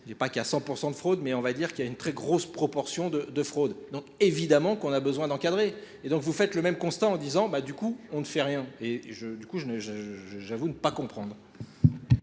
Il n'y a pas qu'à 100% de fraude, mais on va dire qu'il y a une très grosse proportion de fraude. Donc évidemment qu'on a besoin d'encadrer. Et donc vous faites le même constat en disant, du coup, on ne fait rien. Et du coup, j'avoue ne pas comprendre.